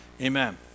Amen